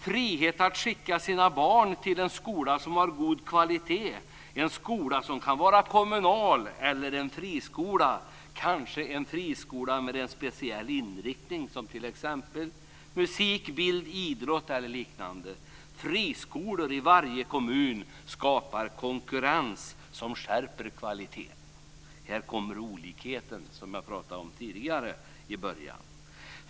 Frihet är att skicka sina barn till en skola som har god kvalitet, en skola som kan vara kommunal eller en friskola, kanske en friskola med en speciell inriktning, t.ex. musik, bild, idrott eller liknande. Friskolor i varje kommun skapar konkurrens som skärper kvaliteten. Här kommer olikheterna som jag talade om tidigare.